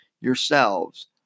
yourselves